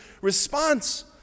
response